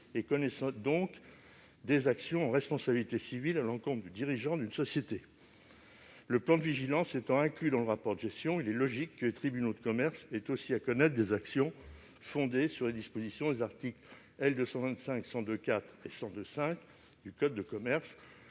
et connaissent donc déjà des actions en responsabilité civile à l'encontre du dirigeant d'une société. Le plan de vigilance étant inclus dans le rapport de gestion, il est logique que les tribunaux de commerce aient aussi à connaître des actions fondées sur les dispositions des articles L. 225-102-4 et L. 225-102-5 du code de commerce